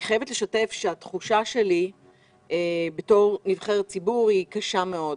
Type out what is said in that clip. אני חייבת לשתף שהתחושה שלי בתור נבחרת ציבור היא קשה מאוד.